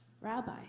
Rabbi